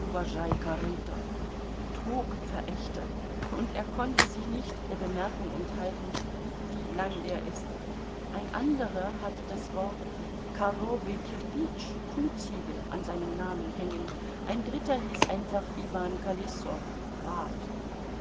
neuwaschaj koryto trogverächter und er konnte sich nicht der bemerkung enthalten wie lang der ist ein anderer hatte das wort korowij kirpitsch kuhziegel an seinem namen hängen ein dritter hieß einfach iwan